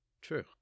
True